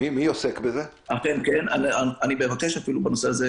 אם השב"כ יודע לעשות את זה,